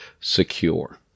secure